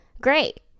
great